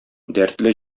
дәртле